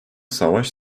savaş